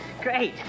Great